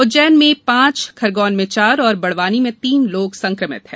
उज्जैन में पांच खरगोन में चार और बड़वानी में तीन लोग संकमित हैं